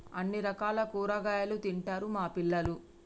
అన్ని రకాల కూరగాయలు తింటారు మా పిల్లలు